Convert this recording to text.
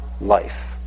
life